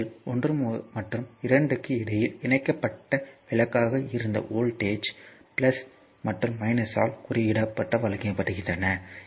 புள்ளிகள் 1 மற்றும் 2 க்கு இடையில் இணைக்கப்பட்ட விளக்காக இருந்த வோல்ட்டேஜ் மற்றும் குறியீடுகளும் வழங்கப்படுகின்றன